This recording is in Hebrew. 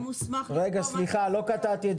הוא מוסמך למכור --- רגע סליחה,